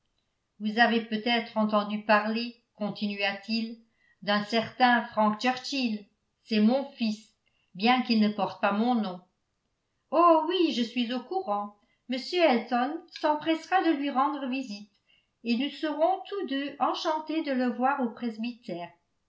vous avez peut-être entendu parler continua-t-il d'un certain frank churchill c'est mon fils bien qu'il ne porte pas mon nom oh oui je suis au courant m elton s'empressera de lui rendre visite et nous serons tous deux enchantés de le voir au presbytère